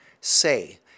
say